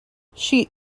sheet